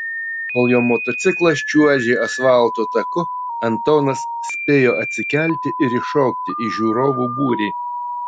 kol jo motociklas čiuožė asfalto taku antonas spėjo atsikelti ir įšokti į žiūrovų būrį